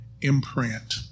imprint